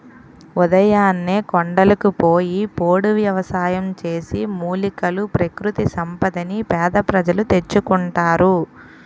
ఉదయాన్నే కొండలకు పోయి పోడు వ్యవసాయం చేసి, మూలికలు, ప్రకృతి సంపదని పేద ప్రజలు తెచ్చుకుంటారు